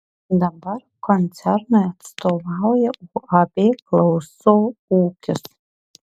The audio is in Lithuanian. dabar koncernui atstovauja uab klauso ūkis